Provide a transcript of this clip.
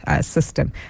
system